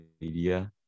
media